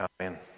amen